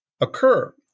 occur